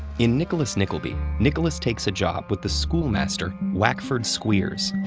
in nicholas nickleby, nicholas takes a job with the schoolmaster wackford squeers.